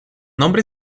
nombre